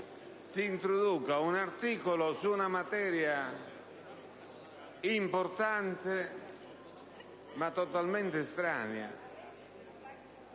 si introduca un articolo su una materia importante, ma totalmente estranea.